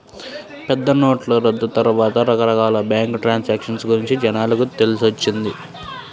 పెద్దనోట్ల రద్దు తర్వాతే రకరకాల బ్యేంకు ట్రాన్సాక్షన్ గురించి జనాలకు తెలిసొచ్చింది